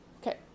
Okay